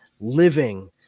living